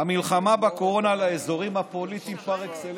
המלחמה בקורונה לאזורים הפוליטיים פר אקסלנס,